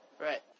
right